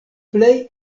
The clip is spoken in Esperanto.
plej